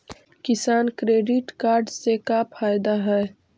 किसान credit card से का फायदा है?